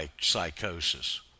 psychosis